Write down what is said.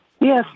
Yes